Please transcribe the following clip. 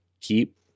keep